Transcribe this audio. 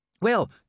Well